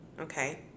Okay